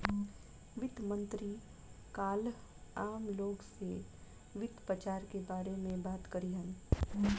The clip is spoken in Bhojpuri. वित्त मंत्री काल्ह आम लोग से वित्त बाजार के बारे में बात करिहन